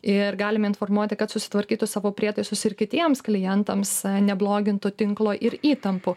ir galime informuoti kad susitvarkytų savo prietaisus ir kitiems klientams neblogintų tinklo ir įtampų